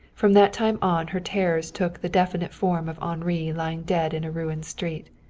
from that time on her terrors took the definite form of henri lying dead in a ruined street,